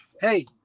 Hey